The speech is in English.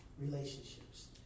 relationships